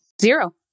Zero